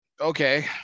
okay